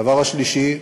הדבר השלישי,